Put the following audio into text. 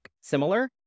similar